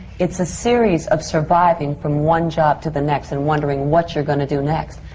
it's a series of surviving from one job to the next and wondering what you're going to do next.